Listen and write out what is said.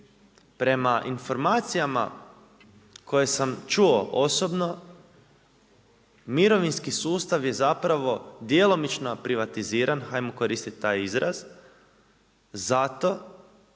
Prema informacijama koje sam čuo osobno mirovinski sustav je zapravo djelomično privatiziran, hajmo koristiti taj izraz zato